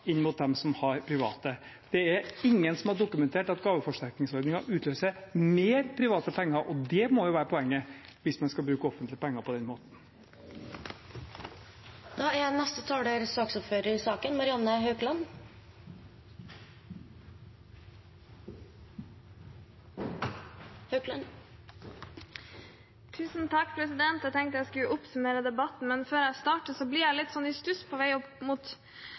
inn mot dem som har private. Det er ingen som har dokumentert at gaveforsterkningsordningen utløser mer private penger, og det må jo være poenget hvis man skal bruke offentlige penger på den måten. Jeg tenkte jeg skulle oppsummere debatten, men før jeg starter: Jeg ble litt i stuss på vei opp mot